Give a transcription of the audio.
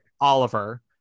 oliver